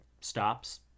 stops